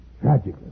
Tragically